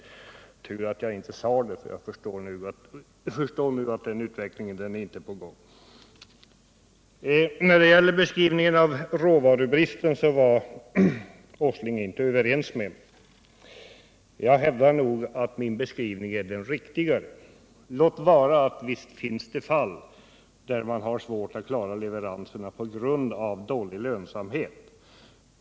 Men det var kanske tur att jag inte sade det, för jag förstår ju nu att någon sådan utveckling inte är på gång. När det gäller beskrivningen av råvarubristen var herr Åsling inte överens med mig. Jag vill nog hävda att min beskrivning är den riktiga, låt vara att det finns fall där man haft svårt att klara leveranserna på grund av dålig lönsamhet.